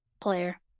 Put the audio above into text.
player